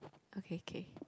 okay K